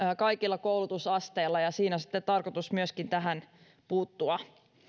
kaikilla koulutusasteilla ja siinä sitten on tarkoitus myöskin tähän puuttua